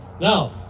Now